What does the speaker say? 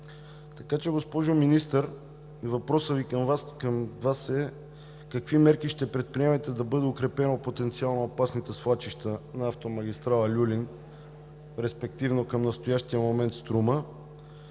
Така че, госпожо Министър, въпросите ми са: какви мерки ще предприемете да бъдат укрепени потенциално опасните свлачища на автомагистрала „Люлин“, респективно към настоящия момент „Струма“;